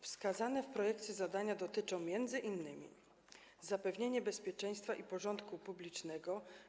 Wskazane w projekcie zadania dotyczą m.in. zapewnienia bezpieczeństwa i porządku publicznego.